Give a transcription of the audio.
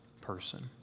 person